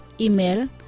Email